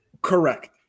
Correct